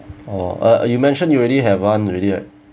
oh uh you mentioned you already have one already right